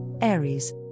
Aries